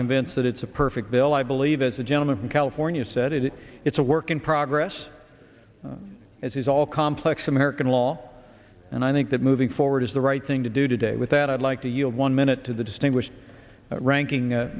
convinced that it's a perfect bill i believe as the gentleman from california said it it's a work in progress as is all complex american law and i think that moving forward is the right thing to do today with that i'd like to yield one minute to the distinguished ranking